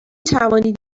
توانید